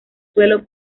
suelo